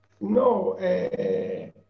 No